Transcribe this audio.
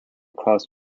cross